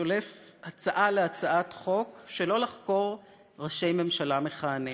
שולף הצעה להצעת חוק שלא לחקור ראשי ממשלה מכהנים.